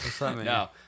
No